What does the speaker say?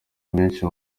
menshi